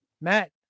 Matt